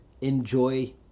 enjoy